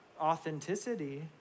authenticity